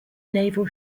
naval